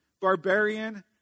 barbarian